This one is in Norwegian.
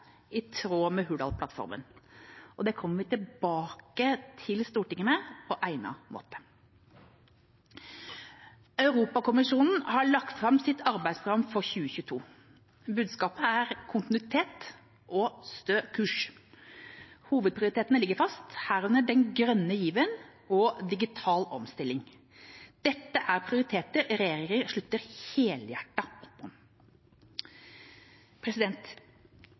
i tråd med Hurdalsplattformen. Vi vil komme tilbake til Stortinget med dette på egnet måte. Europakommisjonen har lagt fram sitt arbeidsprogram for 2022. Budskapet er kontinuitet og stø kurs. Hovedprioriteringene ligger fast, herunder den grønne given og digital omstilling. Dette er prioriteringer regjeringa slutter helhjertet opp om.